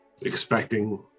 expecting